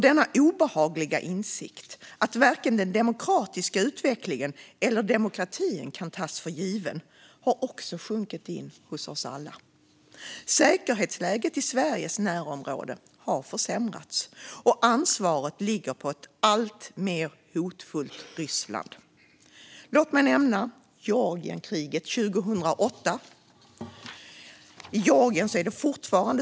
Denna obehagliga insikt, att varken den demokratiska utvecklingen eller demokratin kan tas för given, har också sjunkit in hos oss alla. Säkerhetsläget i Sveriges närområde har försämrats, och ansvaret ligger på ett alltmer hotfullt Ryssland. Låt mig nämna Georgienkriget 2008.